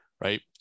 right